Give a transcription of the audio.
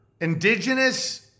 indigenous